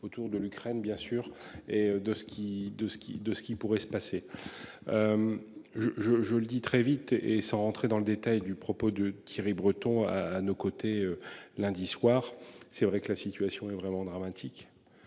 autour de l'Ukraine bien sûr et de qui, de ce qui, de ce qui pourrait se passer. Je je je le dis très vite et sans rentrer dans le détail du propos de Thierry Breton, à nos côtés lundi soir. C'est vrai que la situation est vraiment dramatique.